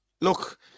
Look